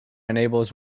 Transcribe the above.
enables